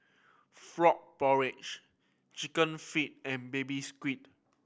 frog porridge Chicken Feet and Baby Squid